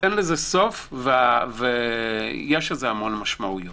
אין לזה סוף, ויש לזה המון משמעויות.